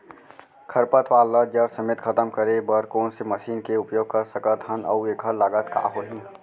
खरपतवार ला जड़ समेत खतम करे बर कोन से मशीन के उपयोग कर सकत हन अऊ एखर लागत का होही?